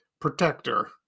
protector